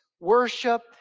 worship